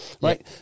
right